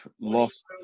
lost